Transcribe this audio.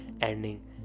ending